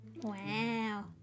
Wow